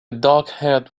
darkhaired